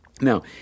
Now